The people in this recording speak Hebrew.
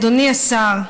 אדוני השר,